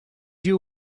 you